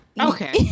okay